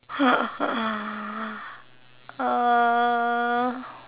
uh